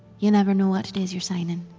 you never know what it is you're signing.